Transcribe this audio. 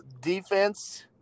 defense